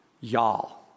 y'all